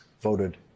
voted